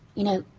you know,